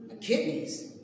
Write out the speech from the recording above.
kidneys